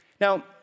Now